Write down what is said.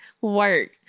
work